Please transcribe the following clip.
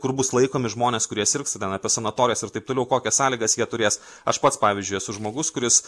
kur bus laikomi žmonės kurie sirgs ten apie sanatorijos ir taip toliau kokias sąlygas jie turės aš pats pavyzdžiui esu žmogus kuris